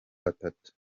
batatu